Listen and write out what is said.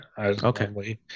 okay